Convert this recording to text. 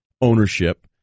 ownership